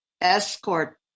escort